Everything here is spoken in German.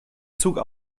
zug